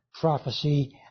prophecy